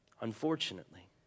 Unfortunately